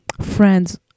friends